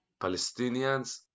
Palestinians